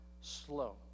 slow